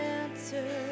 answer